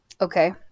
okay